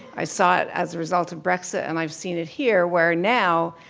i saw it as a result of brexit, and i've seen it here where now,